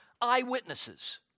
eyewitnesses